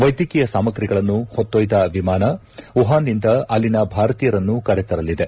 ವೈದ್ಯಕೀಯ ಸಾಮಗ್ರಿಗಳನ್ನು ಹೊತ್ತೊಯ್ದ ವಿಮಾನ ವುಹಾನ್ನಿಂದ ಅಲ್ಲಿನ ಭಾರತೀಯರನ್ನು ಕರೆತರಲಿದೆ